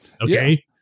Okay